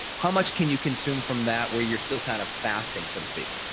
how much can you consume from that where you're still kind of fasting so to speak?